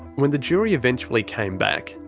when the jury eventually came back,